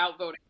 outvoting